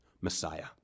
messiah